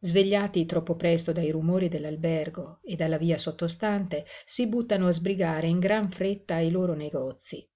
svegliati troppo presto dai rumori dell'albergo e della via sottostante si buttano a sbrigare in gran fretta i loro negozii